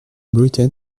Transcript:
britain